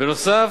בנוסף,